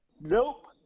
Nope